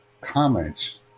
comments